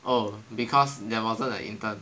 oh because there wasn't a intern